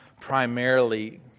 primarily